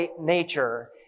nature